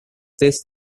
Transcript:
this